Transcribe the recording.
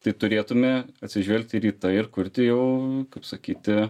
tai turėtume atsižvelgti ir į tai ir kurti jau kaip sakyti